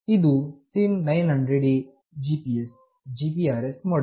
ಇದು SIM900A GPS GPRS MODEM